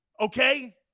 okay